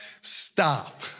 Stop